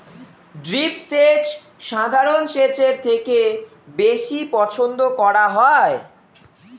drip সেচ সাধারণ সেচের থেকে বেশি পছন্দ করা হয়